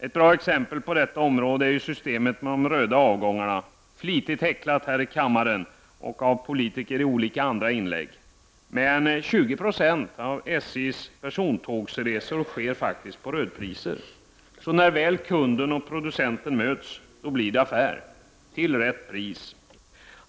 Ett bra exempel på detta är systemet med de röda avgångarna -— flitigt häcklat här i kammaren och av politiker i olika inlägg. Men 20 90 av SJs persontågsresor är faktiskt rödprisresor. När kund och producent väl möts blir det affär, till rätt pris.